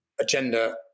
agenda